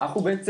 אנחנו בעצם,